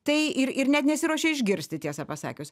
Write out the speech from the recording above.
tai ir ir net nesiruošia išgirsti tiesą pasakius